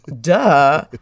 duh